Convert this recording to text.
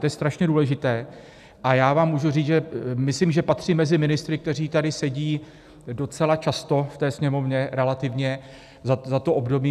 To je strašně důležité a já vám můžu říct, že myslím, že patřím mezi ministry, kteří tady sedí docela často v té Sněmovně, relativně za to období.